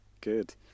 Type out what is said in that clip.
Good